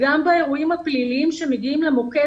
גם באירועים הפליליים שמגיעים למוקד,